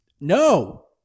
No